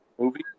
movie